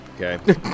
Okay